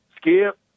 Skip